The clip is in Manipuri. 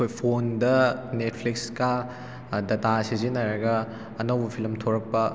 ꯑꯩꯈꯣꯏ ꯐꯣꯟꯗ ꯅꯦꯠꯐ꯭ꯂꯤꯛꯁꯀ ꯗꯥꯇꯥ ꯁꯤꯖꯤꯟꯅꯔꯒ ꯑꯅꯧꯕ ꯐꯤꯂꯝ ꯊꯣꯔꯛꯄ